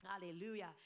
hallelujah